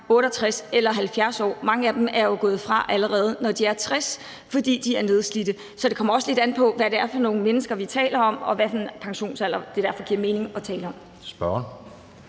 68 eller 70 år. Mange af dem er jo gået fra, allerede når de er blevet 60 år, fordi de er nedslidte. Så det kommer også lidt an på, hvad det er for nogle mennesker, vi taler om, og hvad for en pensionsalder det derfor giver mening at tale om.